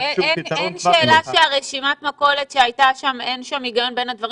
אין שאלה על כך שברשימת המכולת שהייתה שם אין היגיון בין הדברים.